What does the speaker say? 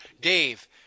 Dave